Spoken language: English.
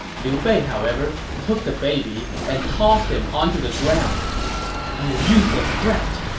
liu bei, however, took the baby and tossed him on to the ground you useless brat!